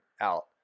out